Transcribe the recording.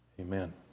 Amen